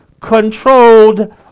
controlled